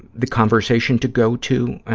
the conversation to go to,